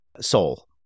soul